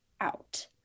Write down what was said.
out